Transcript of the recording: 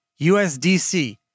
USDC